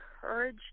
courage